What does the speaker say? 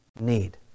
need